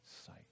sight